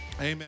Amen